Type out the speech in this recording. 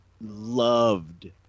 loved